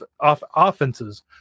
offenses